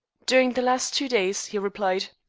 during the last two days, he replied,